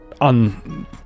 on